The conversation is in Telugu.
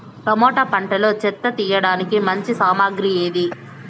టమోటా పంటలో చెత్త తీయడానికి మంచి సామగ్రి ఏది?